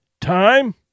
Time